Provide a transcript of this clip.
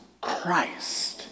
Christ